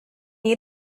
you